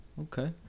Okay